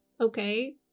okay